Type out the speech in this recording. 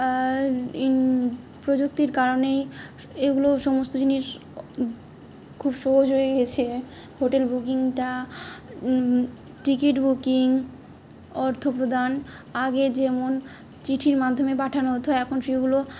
প্রযুক্তির কারণেই এগুলো সমস্ত জিনিস খুব সহজ হয়ে গেছে হোটেল বুকিংটা টিকিট বুকিং অর্থপ্রদান আগে যেমন চিঠির মাধ্যমে পাঠানো হতো হয় এখন সেগুলো